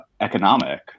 economic